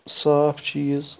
صاف چیٖز